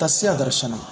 तस्य दर्शनं